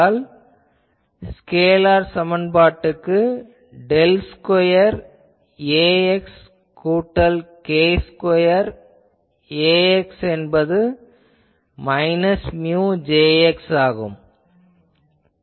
இதற்கு ஸ்கேலார் சமன்பாட்டுக்கு del square Ax கூட்டல் k ஸ்கொயர் Ax என்பது மைனஸ் மியு Jx ஆகும்